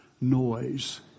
noise